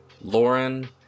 Lauren